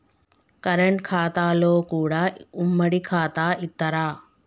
Current ఖాతాలో కూడా ఉమ్మడి ఖాతా ఇత్తరా?